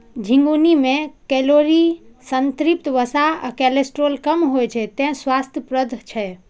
झिंगुनी मे कैलोरी, संतृप्त वसा आ कोलेस्ट्रॉल कम होइ छै, तें स्वास्थ्यप्रद छै